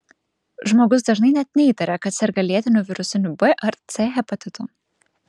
žmogus dažnai net neįtaria kad serga lėtiniu virusiniu b ar c hepatitu